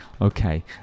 okay